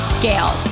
Gail